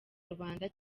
rubanda